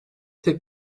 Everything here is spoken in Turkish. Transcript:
tek